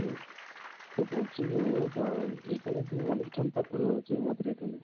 হুম তো বলছি ও এখানে যে অনুষ্ঠানটা হলো যে আমাদের এখানে